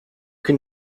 can